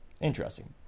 Interesting